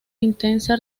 intensa